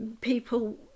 people